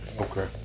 okay